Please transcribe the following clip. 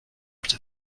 what